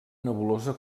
nebulosa